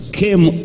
came